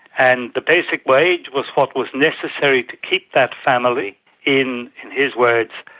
and the basic wage was what was necessary to keep that family in, in his words,